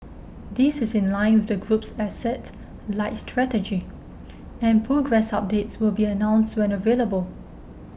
this is in line with the group's asset light strategy and progress updates will be announced when available